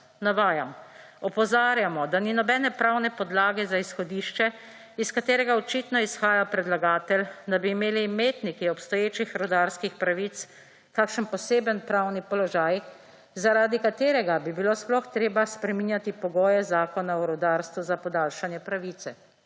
(navajam): »Opozarjamo, da ni nobene pravne podlage za izhodišče, iz katerega očitno izhaja predlagatelj, da bi imeli imetniki obstoječih rudarskih pravic kakšen poseben pravni položaj, zaradi katerega bi bilo sploh treba spreminjati pogoje Zakona o rudarstvu za podaljšanje pravice.«